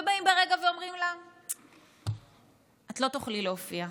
ובאים ברגע ואומרים לה: את לא תוכלי להופיע,